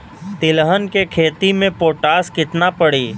तिलहन के खेती मे पोटास कितना पड़ी?